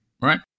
right